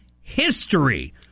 history